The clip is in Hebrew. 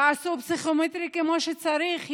יעשו פסיכומטרי כמו שצריך?